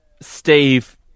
Steve